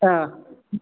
ಹಾಂ